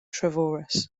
treforys